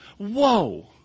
Whoa